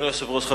אדוני היושב-ראש,